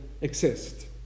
exist